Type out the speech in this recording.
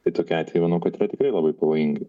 tai tokiu atveju manau kad yra tikrai labai pavojinga